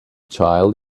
child